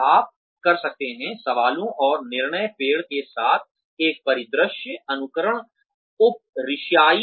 आप कर सकते हैं सवालों और निर्णय पेड़ के साथ एक परिदृश्य अनुकरण उपरिशायी